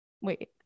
Wait